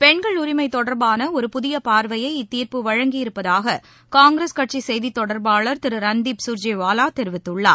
பெண்கள் உரிமை தொடர்பான ஒரு புதிய பார்வையை இத்தீர்ப்பு வழங்கியிருப்பதாக காங்கிரஸ் கட்சிச் செய்தித்தொடர்பாளர் திரு ரன்தீப் கர்ஜேவாலா தெரிவித்துள்ளார்